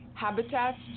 Habitats